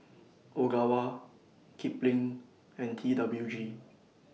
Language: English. Ogawa Kipling and T W G